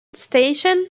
station